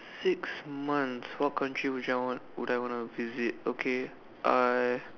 six months what country would I want would I wanna visit okay I